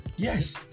Yes